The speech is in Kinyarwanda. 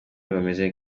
bameze